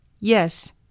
Yes